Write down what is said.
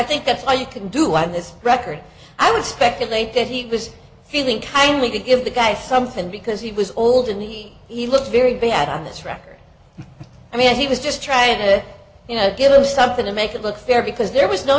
think that's all you can do on this record i would speculate that he was feeling kindly to give the guy something because he was old and he he looked very bad on this record i mean he was just trying to you know give him something to make it look fair because there was no